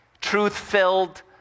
truth-filled